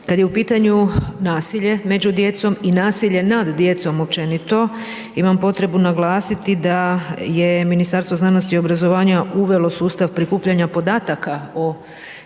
Kada je u pitanju nasilje među djecom i nasilje nad djecom općenito imam potrebnu naglasiti da je Ministarstvo znanosti i obrazovanja uvelo sustav prikupljanje podataka o nasilju